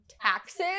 taxes